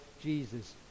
Jesus